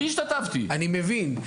אני מבין.